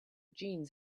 jeans